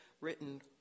written